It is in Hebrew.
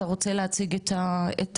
אתה רוצה להציג את